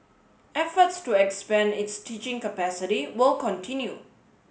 efforts to expand its teaching capacity will continue